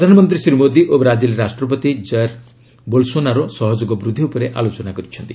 ପ୍ରଧାନମନ୍ତ୍ରୀ ଶ୍ରୀ ମୋଦି ଓ ବ୍ରାଜିଲ ରାଷ୍ଟ୍ରପତି ଜଏର୍ ବୋଲସୋନାରୋ ସହଯୋଗ ବୂଦ୍ଧି ଉପରେ ଆଲୋଚନା କରିଛନ୍ତି